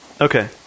Okay